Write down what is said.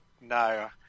No